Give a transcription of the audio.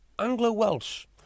Anglo-Welsh